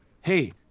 hey